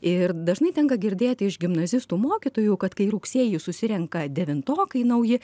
ir dažnai tenka girdėti iš gimnazistų mokytojų kad kai rugsėjį susirenka devintokai nauji